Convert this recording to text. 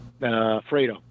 Fredo